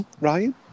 Ryan